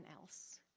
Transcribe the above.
else